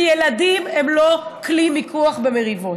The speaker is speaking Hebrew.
כי ילדים הם לא כלי מיקוח במריבות.